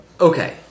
Okay